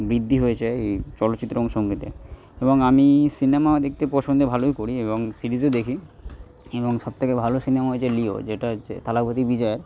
বৃদ্ধি হয়েছে এই চলচিত্র এবং সঙ্গীতে এবং আমি সিনেমা দেখতে পছন্দ ভালোই করি এবং সিরিজও দেখি এবং সব থেকে ভালো সিনেমা হয়েছে লিও যেটা হচ্ছে থালাপতি বিজয়ের